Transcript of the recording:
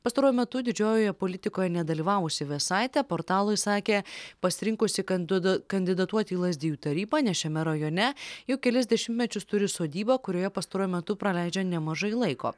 pastaruoju metu didžiojoje politikoje nedalyvavusi vėsaitė portalui sakė pasirinkusi kanduda kandidatuoti į lazdijų tarybą nes šiame rajone jau kelis dešimtmečius turi sodybą kurioje pastaruoju metu praleidžia nemažai laiko